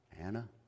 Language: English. Anna